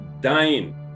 dying